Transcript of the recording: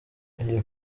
iyo